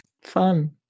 Fun